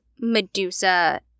Medusa